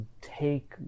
take